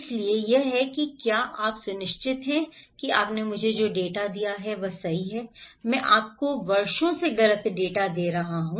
इसलिए यह है कि क्या आप सुनिश्चित हैं कि आपने मुझे जो डेटा दिया है वह सही है मैं आपको वर्षों से गलत डेटा दे रहा हूं